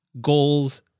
goals